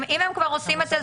אם הם כבר עושים את זה,